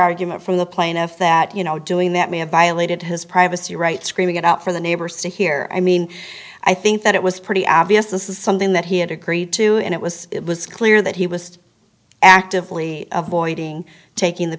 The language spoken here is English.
argument from the plaintiff that you know doing that may have violated his privacy rights screaming it out for the neighbors to hear i mean i think that it was pretty obvious this is something that he had agreed to and it was it was clear that he was actively avoiding taking the